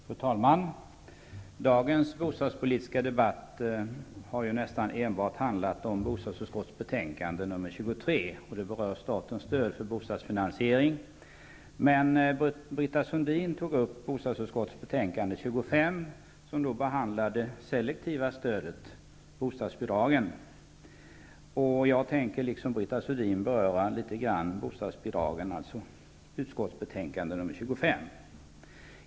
Fru talman! Dagens bostadspolitiska debatt har nästan enbart handlat om bostadsutskottets betänkande nr 23, som berör statens stöd för bostadsfinansiering. Britta Sundin tog emellertid upp bostadsutskottets betänkande nr 25, som behandlar det selektiva stödet, bostadsbidragen. Jag tänker, liksom Britta Sundin, litet grand beröra bostadsbidragen, dvs. utskottets betänkande nr 25.